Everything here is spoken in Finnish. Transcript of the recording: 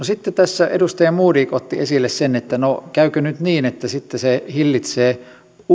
sitten tässä edustaja modig otti esille sen että käykö nyt niin että sitten se hillitsee